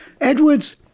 Edwards